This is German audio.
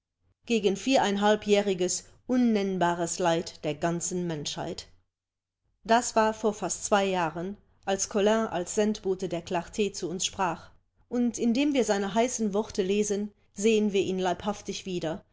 gegen viereinhalbjähriges unnennbares leiden der ganzen menschheit das war vor fast zwei jahren als colin als sendbote der clart zu uns sprach und indem wir seine heißen worte lesen sehen wir ihn leibhaftig wieder